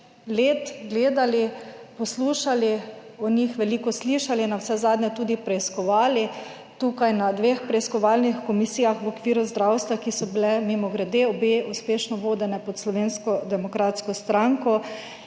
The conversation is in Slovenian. let gledali, poslušali, o njih veliko slišali, navsezadnje tudi preiskovali tukaj na dveh preiskovalnih komisijah v okviru zdravstva, ki so bile mimogrede obe uspešno vodene pod Slovensko demokratsko stranko